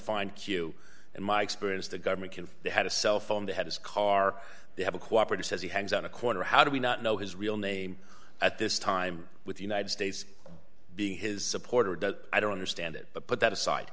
find q in my experience the government can they had a cell phone they had his car they have a cooperative says he hangs on a corner how do we not know his real name at this time with the united states being his supporter i don't understand it but that aside